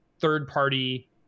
third-party